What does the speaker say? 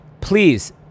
please